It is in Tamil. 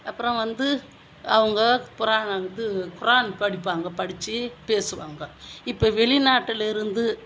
அப்புறம் வந்து அவங்க குரான் இது குரான் படிப்பாங்க படித்து பேசுவாங்க இப்போ வெளிநாட்டிலிருந்து